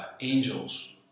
angels